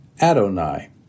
Adonai